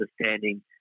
understanding